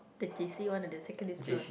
the J_C one or the secondary school one